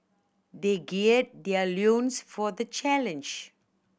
they gird their loins for the challenge